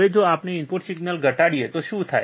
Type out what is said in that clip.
હવે જો આપણે ઇનપુટ સિગ્નલ ઘટાડીએ તો શું થાય